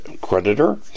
creditor